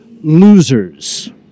losers